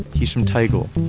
he's from daegu.